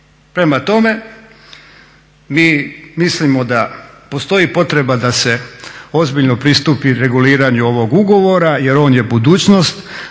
Prema tome, mi mislimo da postoji potreba da se ozbiljno pristupi reguliranju ovog ugovora jer on je budućnost.